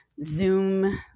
Zoom